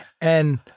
And-